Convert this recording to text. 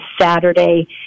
Saturday